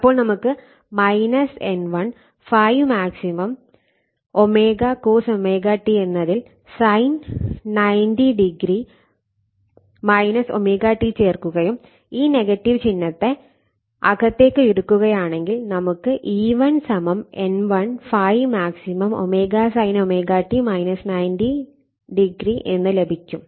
അപ്പോൾ നമുക്ക് N1 ∅m ω cosω t എന്നതിൽ sin 90 o ω t ചേർക്കുകയും ഈ ചിഹ്നത്തെ അകത്തേക്ക് എടുക്കുകയുമാണെങ്കിൽ നമുക്ക് E1 N1 ∅m ω sin ω t 90o എന്ന് ലഭിക്കും